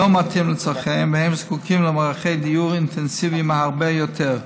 מתאים לצורכיהם והם זקוקים למערכי דיור אינטנסיביים הרבה יותר.